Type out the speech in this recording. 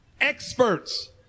experts